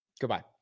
Goodbye